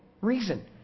reason